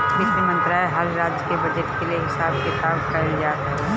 वित्त मंत्रालय में हर राज्य के बजट के हिसाब किताब कइल जात हवे